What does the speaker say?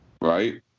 right